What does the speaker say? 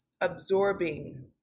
absorbing